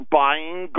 buying